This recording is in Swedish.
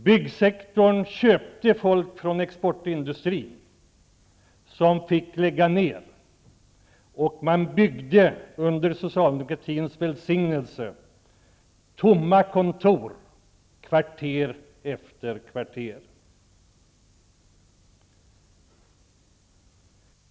Byggsektorn köpte folk från exportindustrin, som fick lägga ned. Under socialdemokratins välsignelse byggde man i kvarter efter kvarter kontor som sedan stod tomma.